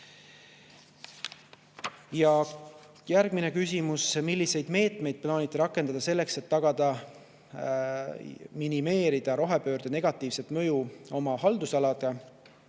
Järgmine küsimus: "Milliseid meetmeid plaanite rakendada selleks, et tagada minimeerida rohepöörde negatiivset mõju oma haldusalale?"